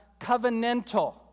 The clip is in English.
covenantal